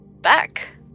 back